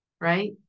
right